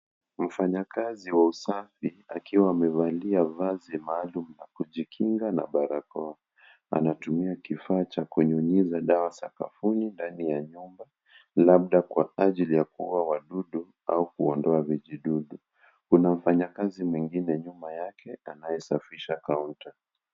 Mfanyakazi wa usafi akiwa amevaa vazi maalum la kujikinga na barakoa, anatumia kifaa cha kunyunyiza dawa sakafuni ndani ya nyumba, labda kwa ajili ya kuua wadudu au kuondoa vijidudu. Kuna mfanyakazi m2ingine nyuma yake anayesafisha kaunta.